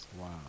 Wow